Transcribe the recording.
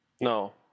No